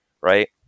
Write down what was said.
right